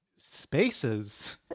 spaces